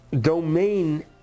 domain